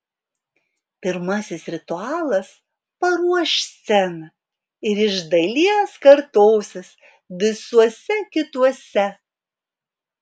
pirmasis ritualas paruoš sceną ir iš dalies kartosis visuose kituose